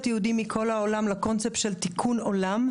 יהודים מכל העולם לקונצפט של תיקון עולם,